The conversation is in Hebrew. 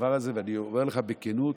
הדבר הזה, ואני אומר לך בכנות,